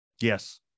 Yes